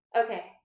Okay